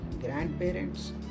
grandparents